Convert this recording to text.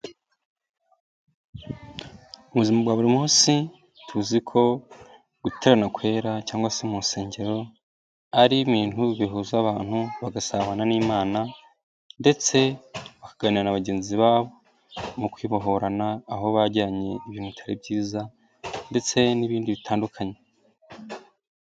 Mu buzima bwa buri munsi tuzi ko guterana kwera cyangwa se mu rusengero. Ari ibintu bihuza abantu bagasabana n'imana ndetse bakaganira na bagenzi babo. Mu kwibohorana aho bajyanye ibintu bitari byiza ndetse n'ibindi bitandukanye.